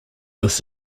this